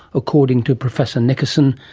according to professor nickerson,